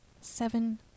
Seven